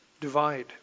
divide